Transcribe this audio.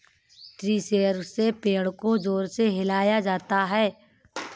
tree shaker से पेड़ को जोर से हिलाया जाता है